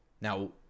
Now